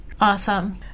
Awesome